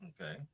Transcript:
Okay